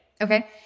Okay